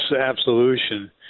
absolution